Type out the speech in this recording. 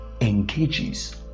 engages